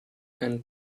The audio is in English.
and